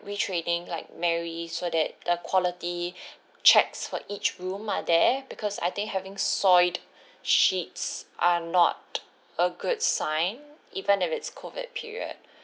retraining like mary so that the quality checks for each room are there because I think having soiled sheets are not a good sign even if it's COVID period